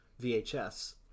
vhs